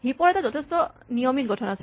heap ৰ এটা যথেষ্ট নিয়মিত গঠন আছে